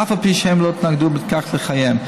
אף על פי שהם לא התנגדו לכך בחייהם.